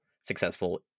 successful